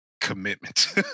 commitment